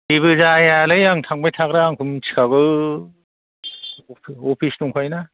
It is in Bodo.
जेबो जायालै आं थांबाय थाग्रा आंखौ मिथिखागौ अफिस दंखायोना